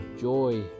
joy